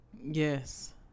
yes